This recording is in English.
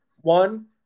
One